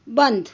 બંધ